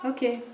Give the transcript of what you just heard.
Okay